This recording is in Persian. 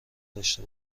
داشته